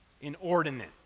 inordinate